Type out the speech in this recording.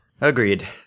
Agreed